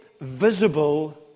visible